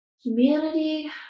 humanity